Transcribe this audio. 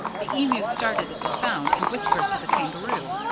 the emu started at the sound, and whispered to the kangaroo,